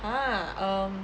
!huh! um